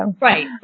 right